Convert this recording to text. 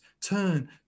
turn